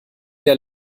der